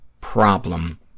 problem